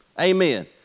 Amen